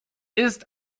ist